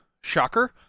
shocker